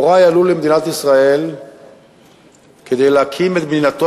הורי עלו למדינת ישראל כדי להקים את מדינתו